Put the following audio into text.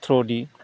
थ्र' दि